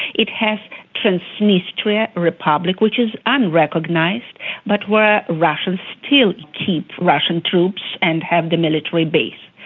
it has transnistria republic which is unrecognised but where russians still keep russian troops and have the military base.